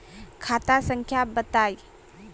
खाता संख्या बताई?